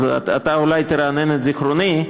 אז אתה אולי תרענן את זיכרוני.